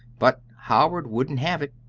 but howard wouldn't have it,